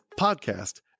podcast